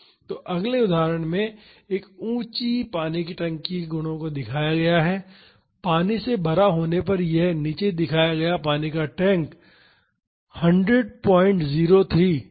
तो अगले उदाहरण में एक ऊंची पानी की टंकी के गुणों को दिखाया गया है पानी से भरा होने पर यह निचे दिखाया पानी का टैंक 10003 किप्स वजन का है